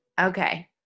Okay